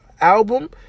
album